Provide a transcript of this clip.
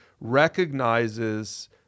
recognizes